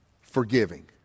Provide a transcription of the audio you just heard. forgiving